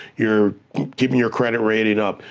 you're keeping your credit rating up.